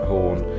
Horn